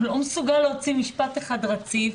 הוא לא מסוגל להוציא משפט אחד רציף